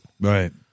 Right